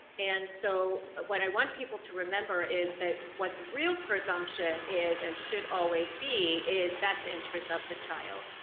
and so what i want people to remember is that what the real presumption is and should always be, is best interest of the child.